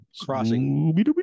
crossing